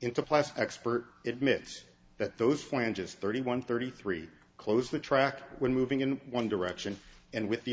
into plastic spurt at mit's that those flanges thirty one thirty three close the track when moving in one direction and with the